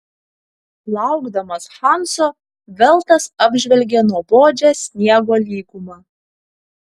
laukdamas hanso veltas apžvelgė nuobodžią sniego lygumą